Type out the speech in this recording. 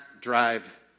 drive